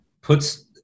puts